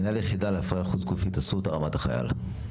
מנהל היחידה להפריה חוץ גופית אסותא רמת החייל.